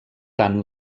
tant